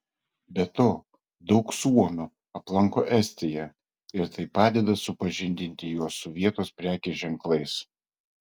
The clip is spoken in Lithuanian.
be to daug suomių aplanko estiją ir tai padeda supažindinti juos su vietos prekės ženklais